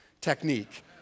technique